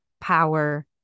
power